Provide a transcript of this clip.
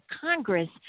Congress